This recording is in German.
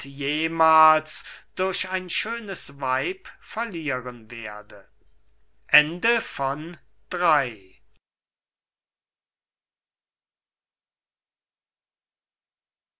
jemahls durch ein schönes weib verlieren werde